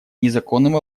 незаконным